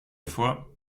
vor